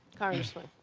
congressman.